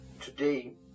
Today